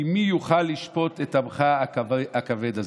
כי מי יוכל לשפט עמך הכבד הזה".